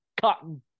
cotton